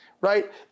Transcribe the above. right